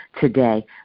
today